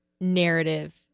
narrative